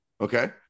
okay